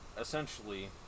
essentially